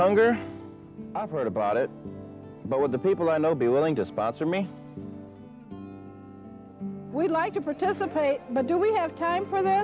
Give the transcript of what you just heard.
longer i've heard about it but with the people i know be willing to sponsor me we like to participate but do we have time for that